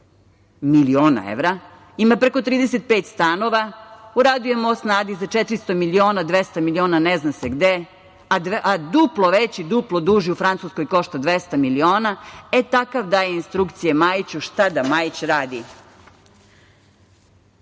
miliona evra, ima preko 35 stanova, uradio je Most na Adi za 400 miliona, za 200 miliona ne zna se gde su, a duplo veći i duplo duži u Francuskoj košta 200 miliona, e, takav daje instrukcije Majiću šta da Majić radi. Sad